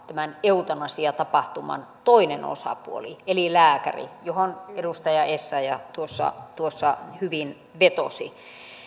tämän eutanasiatapahtuman toinen osapuoli eli lääkäri johon edustaja essayah tuossa tuossa hyvin vetosi